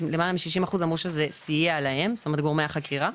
אז למעלה מ-60% אמרו שזה סייע לגורמי החקירה.